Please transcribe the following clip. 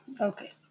Okay